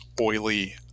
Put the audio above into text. oily